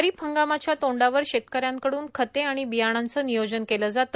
खरीप हंगामाच्या तोंडावर शेतकऱ्याकडून खते आणि बियाणाच नियोजन केल जात